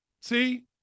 See